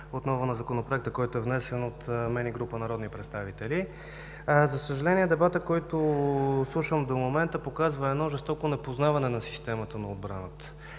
отново на Законопроекта, който е внесен от мен и група народни представители. За съжаление, дебатът, който слушам до момента показва едно жестоко непознаване на системата на отбраната